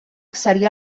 seria